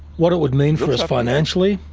what it would mean for us financially,